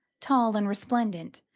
tall and resplendent,